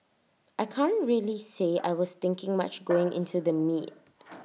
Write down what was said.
I can't really say I was thinking much going into the meet